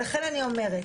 ולכן אני אומרת,